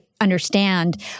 understand